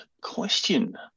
question